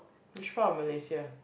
which part of Malaysia